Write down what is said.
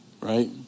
Right